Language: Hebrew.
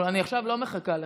אני עכשיו לא מחכה לך.